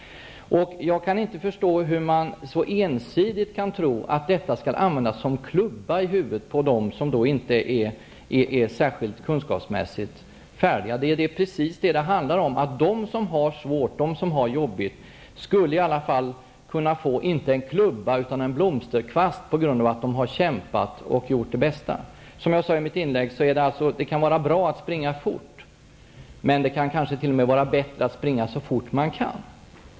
Jag kan inte förstå hur man så ensidigt kan tro att detta skall användas som en klubba att slå i huvudet på dem som kunskapsmässigt inte är riktigt färdiga. Det handlar just om att de som har det jobbigt skulle kunna få, inte en klubba i huvudet utan en blomsterkvast på grund av att de har kämpat och gjort det bästa de kan. Som jag sade i mitt inlägg kan det vara bra att springa fort, men det kanske t.o.m. kan vara bättre att springa så fort man kan.